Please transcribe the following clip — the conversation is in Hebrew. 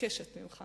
מבקשת ממך